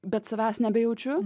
bet savęs nebejaučiu